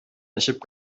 очып